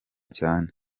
cyane